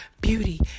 Beauty